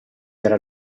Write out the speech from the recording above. era